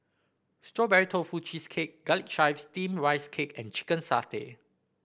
Strawberry Tofu Cheesecake Garlic Chives Steamed Rice Cake and Chicken Satay